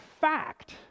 fact